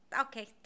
okay